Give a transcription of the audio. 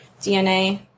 DNA